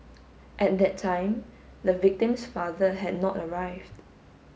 at that time the victim's father had not arrived